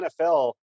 NFL